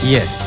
Yes